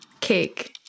Cake